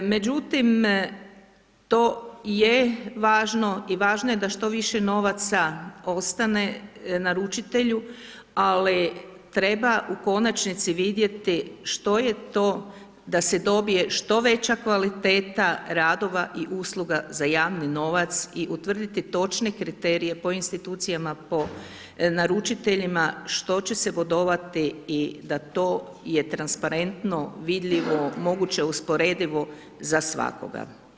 Međutim, to je važno i važno je da što više novaca ostane naručitelju, ali treba u konačnici vidjeti što je to da se dobije što veća kvaliteta radova i usluga za javni novac i utvrditi točne kriterije po institucijama, po naručiteljima što će se bodovati i da to je transparentno vidljivo, moguće usporedivo za svakoga.